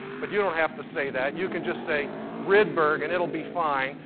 but you don't have to say that. you can just say rydberg and it'll be fine.